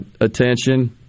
attention